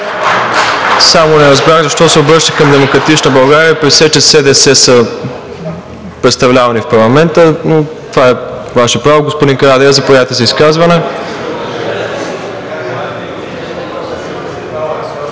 Само не разбрах защо се обръщате към „Демократична България“, при все че СДС са представлявани в парламента. Но това е Ваше право. Господин Карадайъ, заповядайте за изказване.